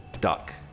duck